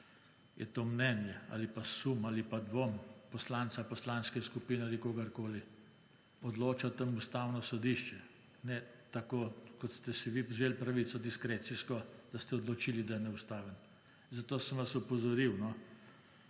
je to mnenje ali pa sum ali pa dvom poslanca, poslanske skupine ali kogarkoli. Odloča o tem Ustavno sodišče, ne tako, kot ste si vzeli pravico diskrecijsko, da ste odločili, da je neustaven. Zato sem vas opozoril.